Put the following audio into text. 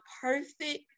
perfect